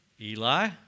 Eli